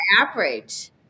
average